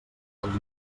dels